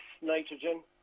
nitrogen